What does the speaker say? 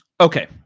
Okay